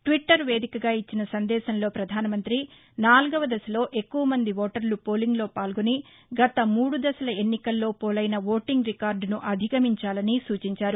Twitter వేదికగా ఇచ్చిన సందేశంలో ప్రధాన మంతి నాల్గవ దశలో ఎక్కువ మంది ఓటర్ల పోలింగ్లో పాల్గొని గత మూడు దశల ఎన్నికల్లో ఓటీంగ్ రికార్డును అధిగమించాలని సూచించారు